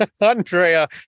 andrea